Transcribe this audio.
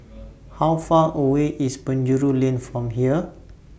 How Far away IS Penjuru Lane from here